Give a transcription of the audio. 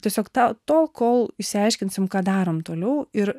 tiesiog tą tol kol išsiaiškinsim ką darom toliau ir